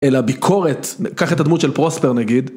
אלא ביקורת, קח את הדמות של פרוספר נגיד...